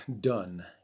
done